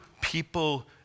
people